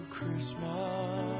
Christmas